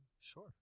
Sure